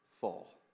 fall